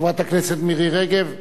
חברת הכנסת מירי רגב,